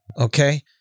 okay